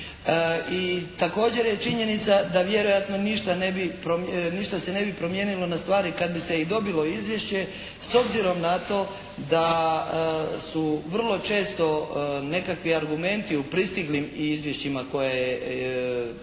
i također je činjenica da vjerojatno ništa se ne bi promijenilo na stvari kad bi se i dobilo izvješće s obzirom na to da su vrlo često nekakvi argumenti u pristiglim izvješćima koje je